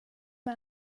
med